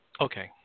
Okay